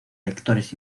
lectores